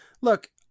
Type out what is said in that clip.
look